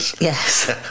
Yes